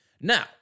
Now